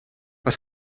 was